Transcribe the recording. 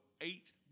eight